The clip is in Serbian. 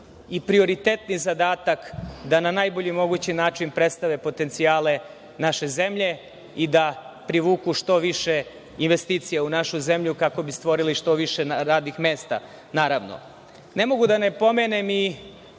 i prioritetni zadatak da na najbolji mogući način predstave potencijale naše zemlje i da privuku što više investicija u našu zemlju, kako bi stvorili što više radnih mesta. Ne mogu da ne pomenem i